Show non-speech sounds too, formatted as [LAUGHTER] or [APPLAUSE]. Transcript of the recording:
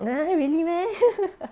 !huh! really meh [LAUGHS]